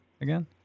again